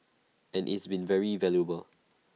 and it's been very valuable